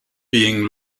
being